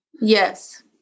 Yes